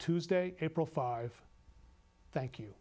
tuesday april five thank you